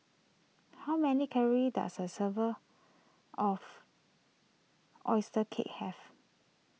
how many calories does a server of Oyster Cake have